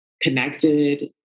connected